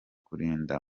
kurinda